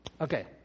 Okay